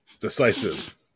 Decisive